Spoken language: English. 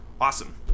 awesome